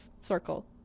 circle